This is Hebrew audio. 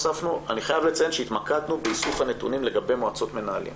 אני חייב לציין שהתמקדנו באיסוף הנתונים לגבי מועצות מנהלים.